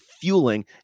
fueling